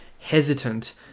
Hesitant